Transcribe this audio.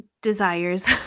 desires